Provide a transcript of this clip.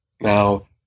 now